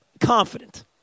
confident